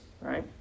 right